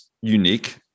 unique